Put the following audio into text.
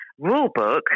rulebook